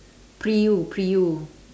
pre U pre U